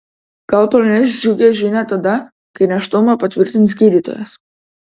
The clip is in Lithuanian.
gal praneš džiugią žinią tada kai nėštumą patvirtins gydytojas